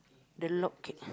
the log cake